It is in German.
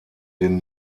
den